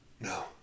No